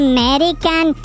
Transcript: American